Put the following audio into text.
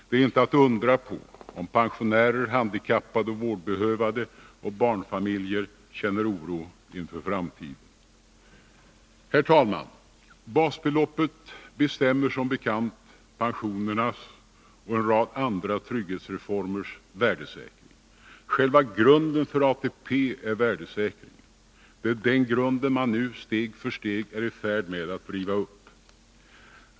Det är inte att undra på om pensionärer, handikappade, vårdbehövande och barnfamiljer känner oro inför framtiden. Herr talman! Basbeloppet bestämmer som bekant pensionernas och en rad andra trygghetsreformers värdesäkring. Själva grunden för ATP är värdesäkringen. Det är den grunden man nu steg för steg är i färd med att riva upp.